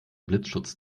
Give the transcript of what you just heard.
blitzschutz